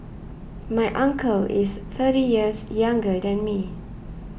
my uncle is thirty years younger than me